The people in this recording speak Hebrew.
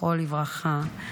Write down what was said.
זכרו לברכה,